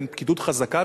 בין פקידות חזקה.